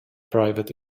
private